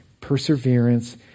Perseverance